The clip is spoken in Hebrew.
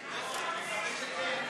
זכאות אישה השוהה במקלט לנשים מוכות),